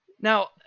Now